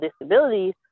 disabilities